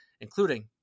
including